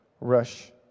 rush